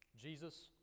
Jesus